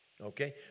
Okay